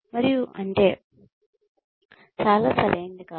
మరియు అంటే చాలా సరైనది కాదు